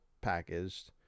packaged